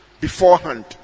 beforehand